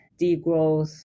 degrowth